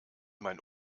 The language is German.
mein